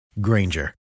Granger